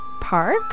park